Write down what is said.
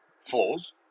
flaws